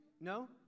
No